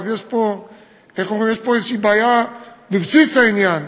אז יש פה איזושהי בעיה בבסיס העניין.